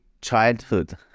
childhood